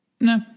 no